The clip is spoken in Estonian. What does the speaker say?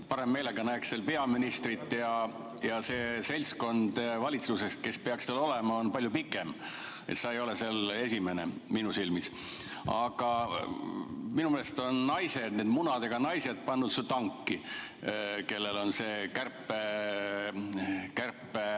Parema meelega näeks seal peaministrit. See seltskond valitsuses, kes peaks seal olema, on palju suurem. Sa ei ole seal esimene minu silmis. Aga minu meelest on naised, need munadega naised, pannud su tanki, need, kellel on see kärpe